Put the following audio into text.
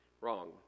Wrong